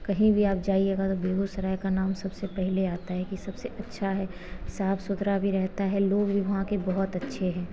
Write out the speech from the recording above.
कहीं भी आप जाइये तो बेगूसराय का नाम सबसे पहले आता है कि सबसे अच्छा है साफ सुथरा भी रहता है लोग भी वहाँ के बहुत अच्छे हैं